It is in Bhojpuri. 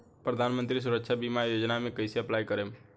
प्रधानमंत्री सुरक्षा बीमा योजना मे कैसे अप्लाई करेम?